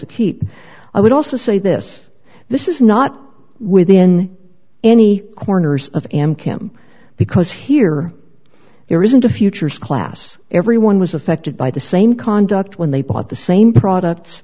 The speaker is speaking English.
keep i would also say this this is not within any corners of am kim because here there isn't a futures class everyone was affected by the same conduct when they bought the same products